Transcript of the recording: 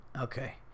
Okay